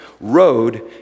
rode